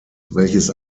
welches